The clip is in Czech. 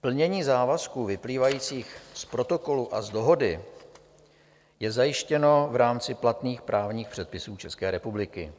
Plnění závazků vyplývajících z Protokolu a z Dohody je zajištěno v rámci platných právních předpisů České republiky,